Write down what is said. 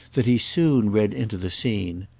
that he soon read into the scene.